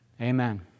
Amen